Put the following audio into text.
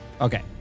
Okay